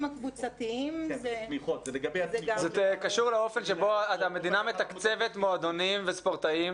זה קשור לאופן שבו המדינה מתקצבת מועדונים וספורטאים